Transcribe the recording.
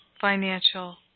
financial